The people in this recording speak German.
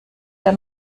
der